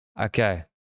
Okay